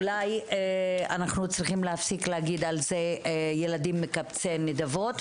אולי אנחנו צריכים להפסיק להגיד על זה "ילדים מקבצי נדבות",